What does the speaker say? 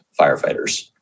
firefighters